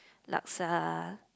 laksa